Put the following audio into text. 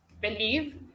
believe